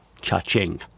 Cha-ching